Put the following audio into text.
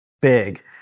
big